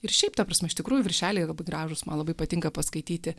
ir šiaip ta prasme iš tikrųjų viršeliai labai gražūs man labai patinka paskaityti